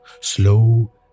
Slow